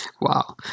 wow